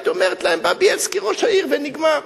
הייתי אומרת להם שבא בילסקי ראש העיר ונגמר.